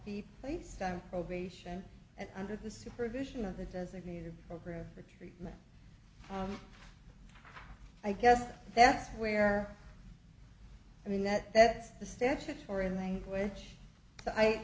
be placed on probation and under the supervision of the designated program for treatment i guess that's where i mean that that's the statutory language